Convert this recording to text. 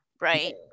right